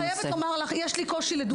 אני רק חייבת לומר לך יש לי קושי לדוגמה.